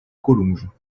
collonges